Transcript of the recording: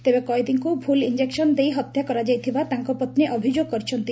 ତେବେ କଏଦୀଙ୍କୁ ଭୁଲ ଇଞ୍ଚେକ୍ୱନ ଦେଇ ହତ୍ୟା କରାଯାଇଥିବା ତାଙ୍କ ପନ୍ୀ ଅଭିଯୋଗ କରିଥିଲେ